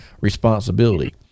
responsibility